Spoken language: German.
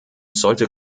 sollte